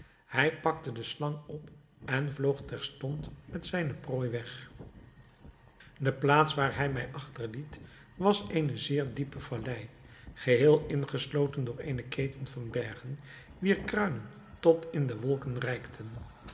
hij pakte de slang op en vloog terstond met zijne prooi weg de plaats waar hij mij achterliet was eene zeer diepe vallei geheel ingesloten door eene keten van bergen wier kruinen tot in de wolken reikten